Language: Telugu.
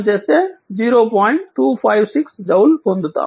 256 జౌల్ పొందుతాము